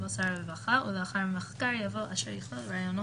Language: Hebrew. בסופה יבוא: "(ג) דיווח אודות תלונות אסירים